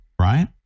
right